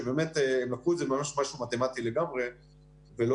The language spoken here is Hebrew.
שבאמת לקחו את זה כמשהו מתמטי לגמרי ולא